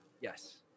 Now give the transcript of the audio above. Yes